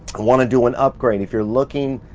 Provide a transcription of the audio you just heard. wanna do an upgrade. if you're looking,